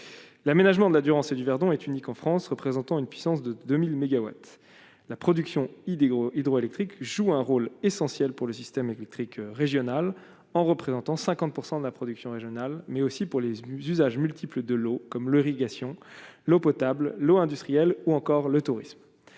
l'aménagement de la Durance et du Verdon est unique en France, représentant une puissance de 2000 mégawatts la production hydroélectriques jouent un rôle essentiel pour le système électrique régional en représentant 50 % de la production régionale mais aussi pour les usages multiples de l'eau comme le irrigation l'eau potable, l'eau industrielle ou encore le tourisme